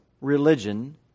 religion